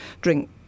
drink